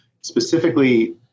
specifically